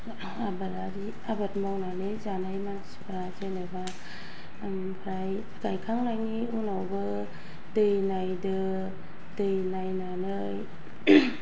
आबादारि आबाद मावनानै जानाय मानसिफोरा जेनबा ओमफ्राय गायखांनायनि उनावबो दै नायदो दै नायनानै